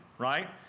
Right